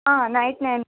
night nine